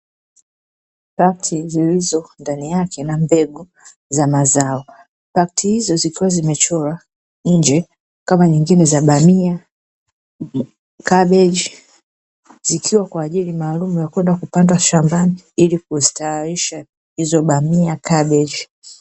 Pakti zilizo ndani yake na mbegu za mazao, pakti hizo zikiwa zimechorwa nje kama nyingine za bamia, kabeji zikiwa kwa ajili maalumu ya kwenda kupandwa shambani ili kustawisha hizo bamia, kabeji.